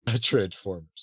Transformers